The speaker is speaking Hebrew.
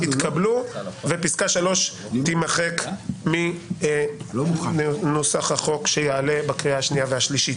התקבלו ופסקה 3 תימחק מנוסח החוק שיעלה בקריאה השנייה והשלישית.